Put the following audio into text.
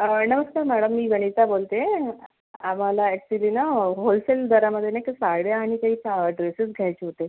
नमस्कार मॅडम मी वनिता बोलतेय आम्हाला ॲक्चुली ना होलसेल दरांमध्ये नाही का साड्या आणि काही ड्रेसेस घ्यायचे होते